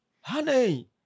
honey